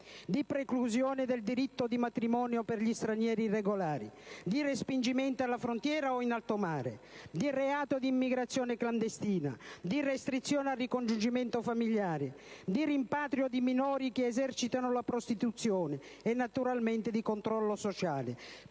di preclusione del diritto di matrimonio per gli stranieri irregolari, di respingimento alla frontiera o in alto mare, di reato di immigrazione clandestina, di restrizione al ricongiungimento familiare, di rimpatrio di minori che esercitano la prostituzione e naturalmente di controllo sociale,